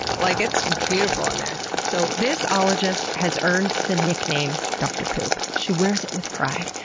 like, it's beautiful in there. so this ologist has earned the nickname dr. poop. she wears it with pride.